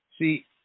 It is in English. see